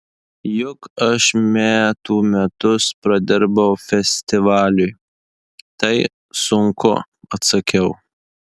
juk aš metų metus pradirbau festivaliui tai sunku atsakiau